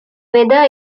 weather